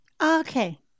Okay